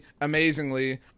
amazingly